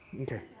Okay